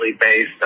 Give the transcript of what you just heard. based